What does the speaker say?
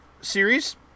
series